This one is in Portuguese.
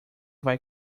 vai